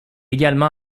également